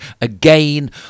again